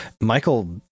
Michael